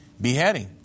Beheading